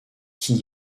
qui